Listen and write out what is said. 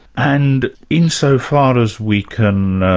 and insofar as we can,